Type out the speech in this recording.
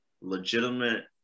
legitimate